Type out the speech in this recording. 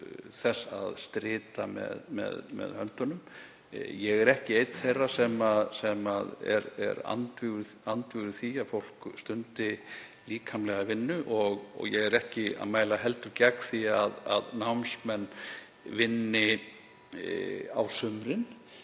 þess að strita með höndunum. Ég er ekki einn þeirra sem eru andvígir því að fólk stundi líkamlega vinnu og ég er ekki að mæla gegn því að námsmenn vinni á sumrin.